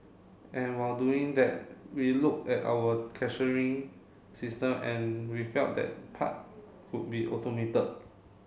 and while doing that we looked at our cashiering system and we felt that part could be automated